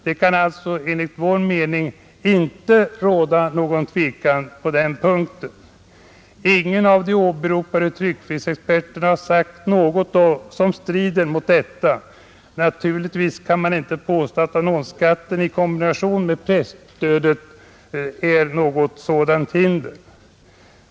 Det kan alltså enligt vår mening inte råda någon tvekan på den punkten. Ingen av de åberopade tryckfrihetsexperterna har sagt något som strider mot detta. Naturligtvis kan man inte påstå att annonsskatten i kombination med presstödet är något sådant hinder.